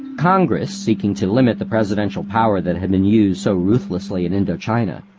congress, seeking to limit the presidential power that had been used so ruthlessly in indochina,